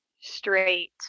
straight